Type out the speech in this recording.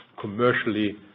commercially